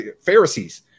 Pharisees